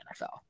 NFL